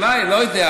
אולי, לא יודע.